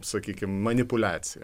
sakykim manipuliaciją